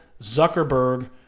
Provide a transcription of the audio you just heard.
Zuckerberg